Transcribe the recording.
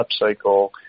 upcycle